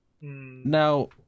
Now